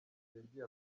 yagiye